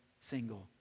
single